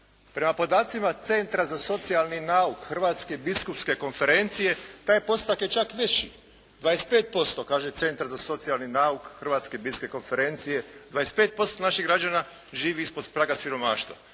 Prema podacima Centra za socijalni nauk Hrvatske biskupske konferencije taj postotak je čak veći. 25% kaže Centar za socijalni nauk Hrvatske biskupske konferencije. 25% naših građana živi ispod praga siromaštva.